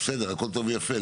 הכול טוב ויפה,